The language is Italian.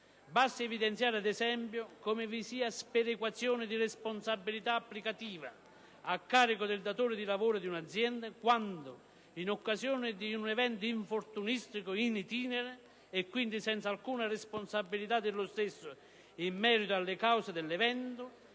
Basti evidenziare, ad esempio, come vi sia sperequazione di responsabilità applicativa a carico del datore di lavoro di un'azienda quando, in occasione di un evento infortunistico *in itinere* (e quindi senza alcuna responsabilità dello stesso in merito alle cause dell'evento),